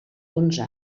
onze